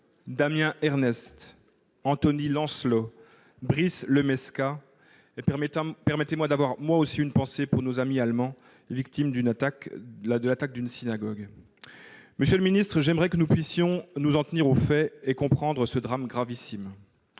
Damien Ernest, Anthony Lancelot, Brice Le Mescam. Permettez-moi d'avoir moi aussi une pensée pour nos amis allemands, victimes de l'attaque d'une synagogue. Monsieur le ministre, j'aimerais que nous puissions nous en tenir aux faits et comprendre ce drame gravissime.